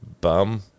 bum